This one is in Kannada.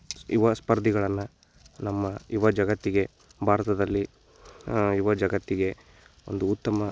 ಯುವ ಸ್ಪರ್ಧಿಗಳನ್ನು ನಮ್ಮ ಯುವ ಜಗತ್ತಿಗೆ ಭಾರತದಲ್ಲಿ ಯುವ ಜಗತ್ತಿಗೆ ಒಂದು ಉತ್ತಮ